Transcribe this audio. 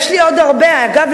יש לי עוד הרבה, אגב.